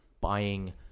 buying